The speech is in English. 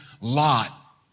Lot